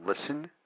listen